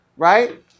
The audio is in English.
Right